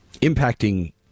impacting